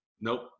Nope